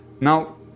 now